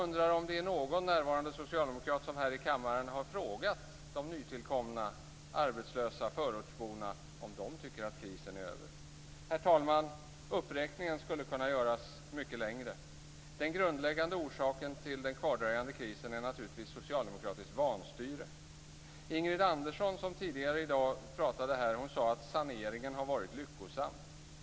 Är det någon socialdemokrat närvarande här i kammaren som har frågat de nytillkomna arbetslösa förortsborna om de tycker att krisen är över? Herr talman! Uppräkningen skulle kunna göras mycket längre. Den grundläggande orsaken till den kvardröjande krisen är naturligtvis socialdemokratiskt vanstyre. Ingrid Andersson sade tidigare här i dag att saneringen har varit lyckosam.